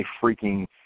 freaking